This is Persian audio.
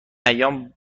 ایام